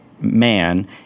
man